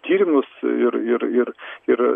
tyrimus ir ir ir ir